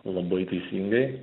labai teisingai